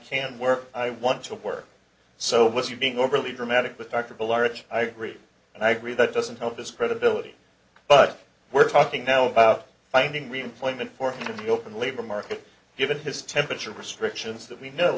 can't work i want to work so what's you being overly dramatic with dr bill archer i agree and i agree that doesn't help his credibility but we're talking now about finding reemployment for the open labor market given his temperature restrictions that we know